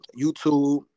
YouTube